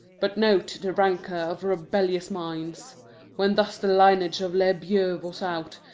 but note the rancor of rebellious minds when thus the lineage of le bew was out,